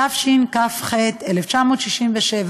התשכ"ח 1967,